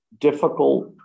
difficult